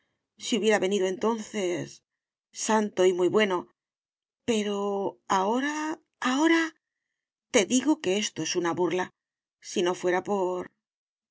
si hubiera venido entonces santo y muy bueno pero ahora ahora te digo que esto es una burla si no fuera por